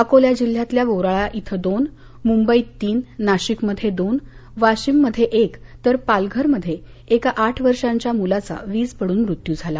अकोला जिल्ह्यातल्या बोराळा इथं दोन मुंबईत तीन नाशिकमध्ये दोन वाशीम मध्ये एक तर पालघरमध्ये एका आठ वर्षाच्या मुलाचा वीज पडून मृत्यू झाला